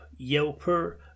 yelper